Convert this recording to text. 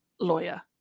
lawyer